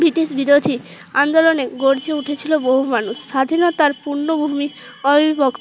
British বিরোধী আন্দোলনে গর্জে উঠেছিল বহু মানুষ স্বাধীনতার পুণ্যভূমি অবিভক্ত